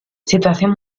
situación